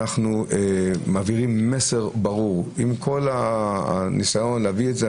אנחנו מעבירים מסר ברור עם כל הניסיון להביא את זה.